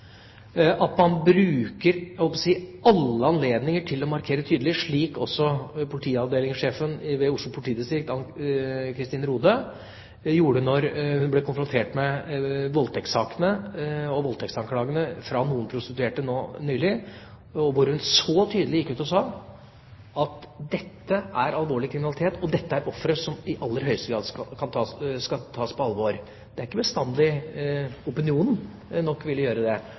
at man bruker alle anledninger til å markere det tydelig, slik også politiavdelingssjefen ved Oslo politidistrikt, Hanne Kristin Rohde, gjorde da hun ble konfrontert med voldtektssakene og voldtektsanklagene fra noen prostituerte nå nylig. Hun gikk tydelig ut og sa at dette er alvorlig kriminalitet, dette er ofre som i aller høyeste grad skal tas på alvor. Det er ikke bestandig at opinionen gjør det. Det